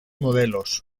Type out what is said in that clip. modelos